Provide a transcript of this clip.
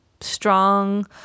strong